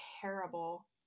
terrible